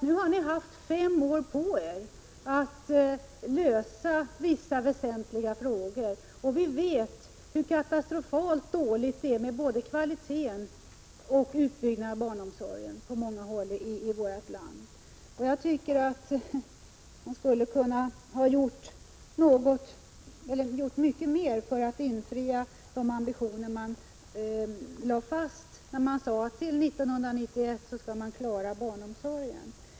Nu har ni haft fem år på er att lösa vissa väsentliga frågor, och vi vet hur katastrofalt illa ställt det är med kvaliteten på barnomsorgen på många håll i vårt land. Inte heller har den byggts ut i önskvärd takt. Ni borde ha gjort mycket mer för att infria ambitionen att klara barnomsorgens utbyggnad fram till år 1991.